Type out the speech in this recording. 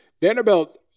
Vanderbilt